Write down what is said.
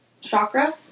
chakra